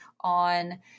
on